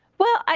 well,